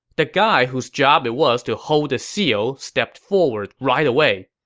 the guy whose job it was to hold the seal stepped forward right away.